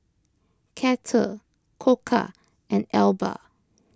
Kettle Koka and Alba